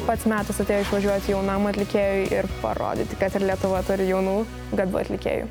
pats metas važiuoti jaunam atlikėjui ir parodyti kad ir lietuva turi jaunų gabių atlikėjų